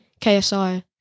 KSI